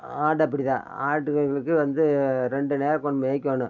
ஆடு அப்படிதான் ஆட்டு வந்து ரெண்டு நேரம் கொண்டு மேய்கணும்